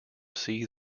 see